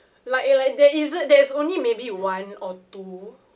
like eh like there isn't there's only maybe one or two